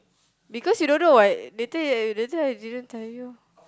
because you don't know what that time that time I didn't tell you